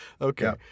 Okay